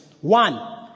one